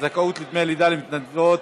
זכאות לדמי לידה למתנדבות